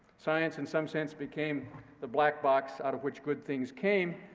science, in some sense, became the black box out of which good things came.